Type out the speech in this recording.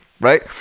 right